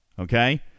Okay